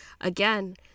Again